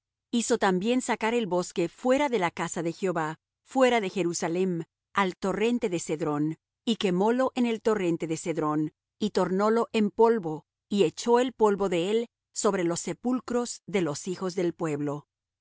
hizo también sacar el bosque fuera de la casa de jehová fuera de jerusalem al torrente de cedrón y quemólo en el torrente de cedrón y tornólo en polvo y echó el polvo de él sobre los sepulcros de los hijos del pueblo